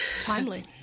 Timely